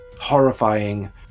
horrifying